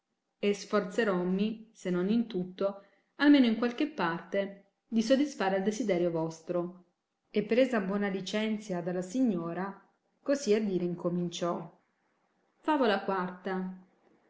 e sforzerommi se non in tutto almeno in qualche parte di sodisfare al desiderio vostro e presa buona licenzia dalla signora cosi a dire incominciò favola